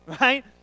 right